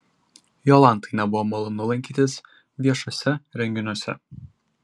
jolantai nebuvo malonu lankytis viešuose renginiuose